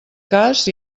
cas